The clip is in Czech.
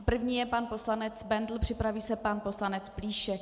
První je pan poslanec Bendl, připraví se pan poslanec Plíšek.